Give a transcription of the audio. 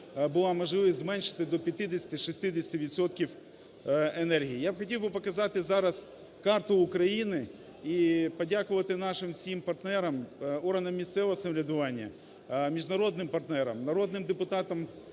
була можливість зменшити до 50-60 відсотків енергії. Я б хотів би показати зараз карту України і подякувати нашим всім партнерам, органам місцевого самоврядування, міжнародним партнерам, народним депутатам